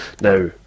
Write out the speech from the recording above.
now